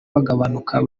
bagabanuka